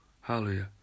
Hallelujah